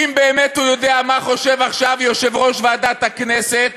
אם באמת הוא יודע מה חושב עכשיו יושב-ראש ועדת הכנסת